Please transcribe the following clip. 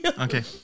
Okay